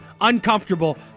uncomfortable